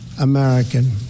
American